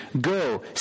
go